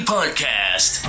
Podcast